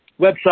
website